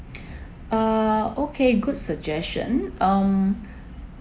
uh okay good suggestion um